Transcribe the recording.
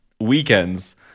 weekends